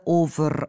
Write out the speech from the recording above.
over